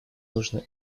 нужно